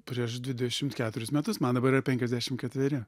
prieš dvidešimt keturis metus man dabar yra penkiasdešimt ketveri